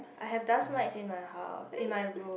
I have dust mite in my house in my room